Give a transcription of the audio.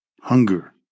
Hunger